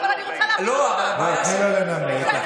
לא, אבל אני רוצה להבין אותך.